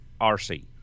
RC